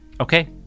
okay